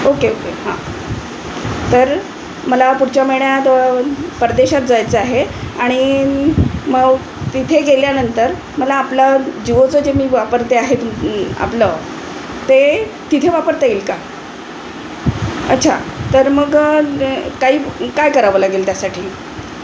okay okay हां तर मला पुढच्या महिन्यात परदेशात जायचं आहे आणि मग तिथे गेल्यानंतर मला आपला जिओचं जे मी वापरते आहे तुमचं आपलं ते तिथे वापरता येईल का अच्छा तर मग काही काय करावं लागेल त्यासाठी